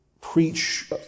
preach